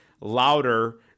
louder